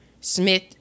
Smith